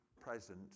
present